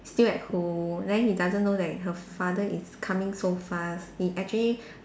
still at home then he doesn't know that her father is coming so fast he actually